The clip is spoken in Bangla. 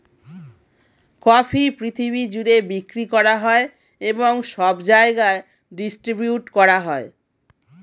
কফি পৃথিবী জুড়ে বিক্রি করা হয় এবং সব জায়গায় ডিস্ট্রিবিউট হয়